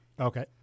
Okay